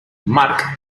mark